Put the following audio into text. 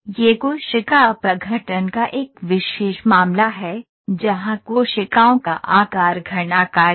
यह कोशिका अपघटन का एक विशेष मामला है जहां कोशिकाओं का आकार घनाकार है